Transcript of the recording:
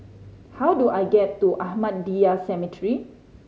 how do I get to Ahmadiyya Cemetery